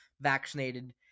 vaccinated